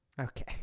Okay